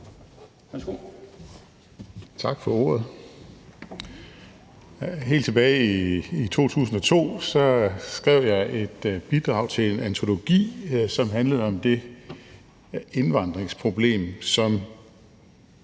Tak for ordet. Helt tilbage i 2002 skrev jeg et bidrag til en antologi, som handlede om det indvandringsproblem, som